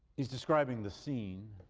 he's describing the scene